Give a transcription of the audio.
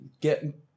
Get